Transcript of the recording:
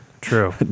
true